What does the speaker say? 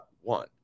one